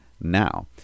Now